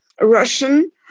Russian